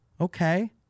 okay